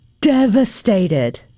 devastated